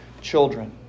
children